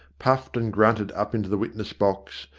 puffed and grunted up into the witness box,